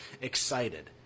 excited